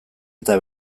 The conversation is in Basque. eta